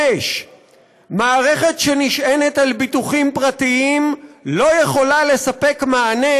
5. מערכת שנשענת על ביטוחים פרטיים לא יכולה לספק מענה,